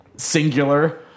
Singular